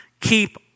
keep